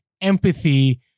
empathy